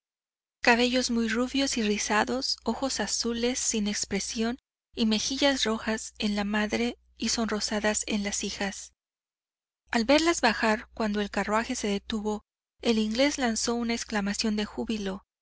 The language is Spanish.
cabellos muy rubios y rizados ojos azules sin expresión y mejillas rojas en la madre y sonrosadas en las hijas al verlas bajar cuando el carruaje se detuvo el inglés lanzó una exclamación de júbilo